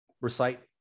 recite